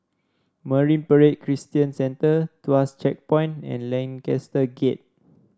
Marine Parade Christian Centre Tuas Checkpoint and Lancaster Gate